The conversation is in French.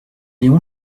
léon